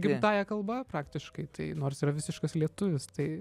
gimtąja kalba praktiškai tai nors yra visiškas lietuvis tai